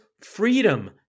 freedom